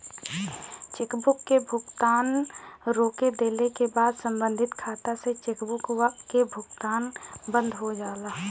chequebook से भुगतान रोक देले क बाद सम्बंधित खाता से चेकबुक क भुगतान बंद हो जाला